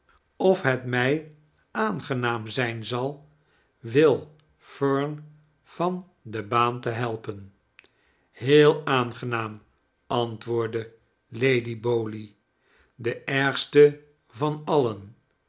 of het mij aangenaam zijn zal will fern van de baan te helpen heel aangenaam antwoordde lady bowley de ergste van alien